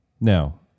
Now